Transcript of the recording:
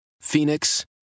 Phoenix